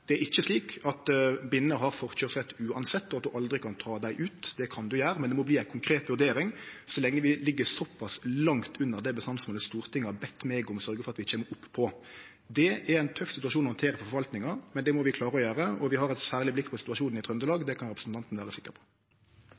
Det er ikkje slik at binnene har forkøyrsrett uansett, og at ein aldri kan ta dei ut. Det kan ein gjere, men det må vere ei konkret vurdering så lenge vi ligg såpass langt unna det bestandsmålet Stortinget har bedt meg om å sørgje for at vi kjem opp på. Det er ein tøff situasjon å handtere for forvaltinga, men det må vi klare å gjere. Og vi har eit særleg blikk på situasjonen i Trøndelag – det kan representanten vere sikker på.